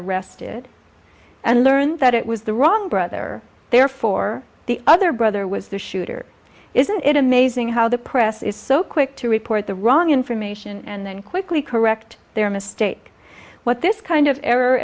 arrested and learned that it was the wrong brother therefore the other brother was the shooter isn't it amazing how the press is so quick to report the wrong information and then quickly correct their mistake what this kind of error